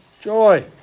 joy